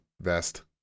vest